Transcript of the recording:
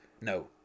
no